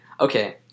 okay